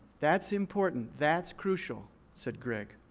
that's important. that's crucial, said greg.